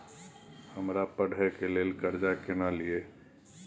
हमरा पढ़े के लेल कर्जा केना लिए?